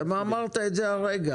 אמרת את זה הרגע.